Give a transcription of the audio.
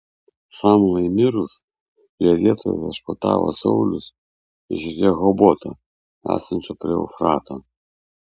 samlai mirus jo vietoje viešpatavo saulius iš rehoboto esančio prie eufrato